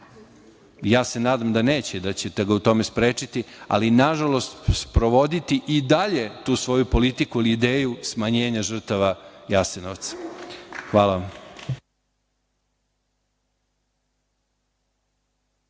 ja se nadam da neće, da ćete ga u tome sprečiti, ali nažalost sprovoditi i dalje tu svoju politiku ili ideju smanjenja žrtava Jasenovca. Hvala vam.